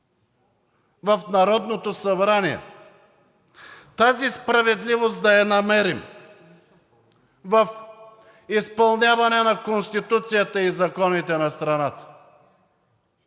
в Народното събрание, тази справедливост да я намерим в изпълняване на Конституцията и законите на страната.